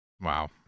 Wow